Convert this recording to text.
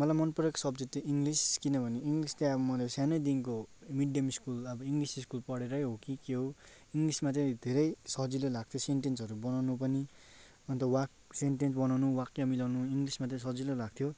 मलाई मन परेको सब्जेक्ट त इङ्लिस किनभने इङ्लिस त्यहाँ मलाई सानैदेखिको मिडियम स्कुल आबो इङ्लिस स्कुल पढेरै हो कि के हो इङ्लिसमा चाहिँ धेरै सजिलो लाग्थ्यो सेन्टेन्सहरू बनाउनु पनि अन्त वाक सेन्टेन्स बनाउनु वाक्य मिलाउनु इङ्लिसमा चाहिँ सजिलो लाग्थ्यो